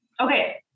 okay